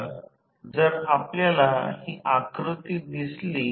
आणि जर 5 टक्के 11 व्होल्ट असेल